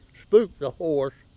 spooked the horse.